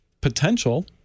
potential